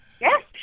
Yes